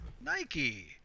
nike